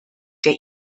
der